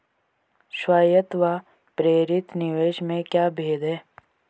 स्वायत्त व प्रेरित निवेश में क्या भेद है?